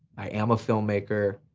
i am a filmmaker,